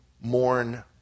mourn